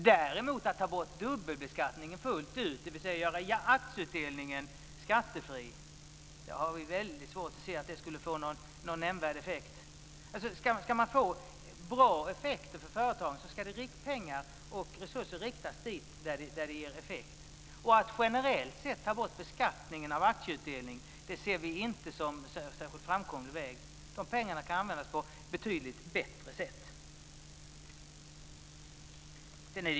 Däremot har vi väldigt svårt att se att det skulle få någon nämnvärd effekt att ta bort dubbelbeskattningen fullt ut, dvs. att göra aktieutdelningen skattefri. Ska man få bra effekter för företagen ska pengar och resurser riktas dit där de ger effekt. Att generellt sett ta bort beskattningen av aktieutdelningen ser vi inte som en särskilt framkomlig väg. De pengarna kan användas på ett betydligt bättre sätt.